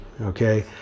Okay